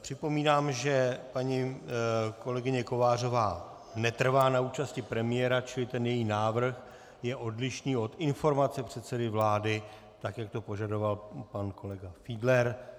Připomínám, že paní kolegyně Kovářová netrvá na účasti premiéra, čili ten její návrh je odlišný od informace předsedy vlády, tak jak to požadoval pan kolega Fiedler.